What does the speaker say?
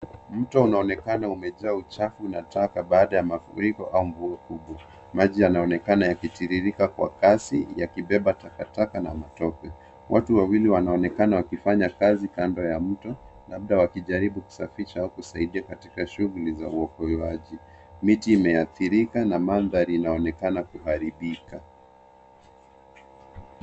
Mto unaonekana umejaa uchafu na taka baada ya mafuriko au mvua kubwa. Maji yanaonekana yakitiririka kwa kasi yakibeba takataka na matope. Watu wawili wanaonekana wakifanya kazi kando ya mto labda wakijaribu kusafisha au kusaidia katika shughuli za uokoaji. Miti imeathirika na mandhari inaonekana kuharibika.